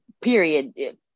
period